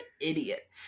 idiot